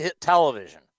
television